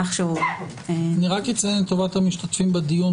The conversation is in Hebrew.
אני רק אציין לטובת המשתתפים בדיון,